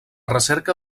recerca